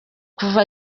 kuva